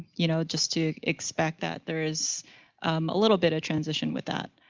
you know, just to expect that, there is a little bit of transition with that.